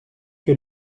que